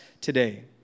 today